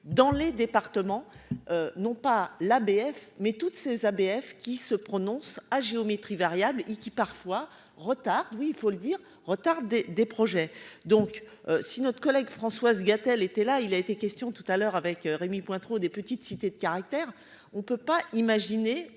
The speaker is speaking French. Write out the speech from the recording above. dans les départements, non pas l'ABF, mais toutes ces ABF qui se prononce à géométrie variable et qui parfois retard oui il faut le dire retarder des projets donc si notre collègue Françoise Gatel était là, il a été question tout à l'heure avec Rémy Pointereau, des petites cités de caractère, on ne peut pas imaginer